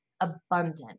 abundant